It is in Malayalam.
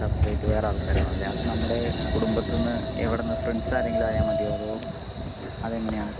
സെപ്പറേറ്റ് വേറെ ആൾക്കാര് വേണമല്ലേ അത് നമ്മളുടെ കുടുംബത്തിൽ നിന്ന് ഇവിടുന്ന് ഫ്രണ്ട്സ് ആരെങ്കിലും ആയാൽ മതിയോ അതെങ്ങനെയാണ്